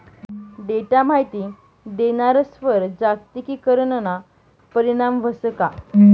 Data माहिती देणारस्वर जागतिकीकरणना परीणाम व्हस का?